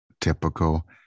typical